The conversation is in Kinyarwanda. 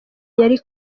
yari